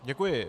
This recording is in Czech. Děkuji.